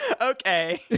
Okay